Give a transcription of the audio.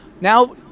Now